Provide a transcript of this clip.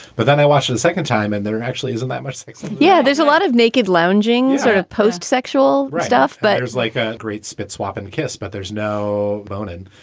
but then i watched the second time and there actually isn't that much sex. yeah, there's a lot of naked lounging sort of post sexual stuff, but there's like a great spit swap in kiss, but there's no bone. and